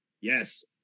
Yes